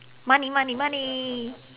money money money